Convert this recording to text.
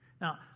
Now